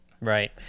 right